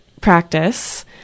practice